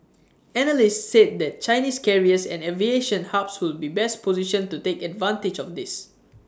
analysts said that Chinese carriers and aviation hubs would be best positioned to take advantage of this